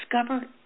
discover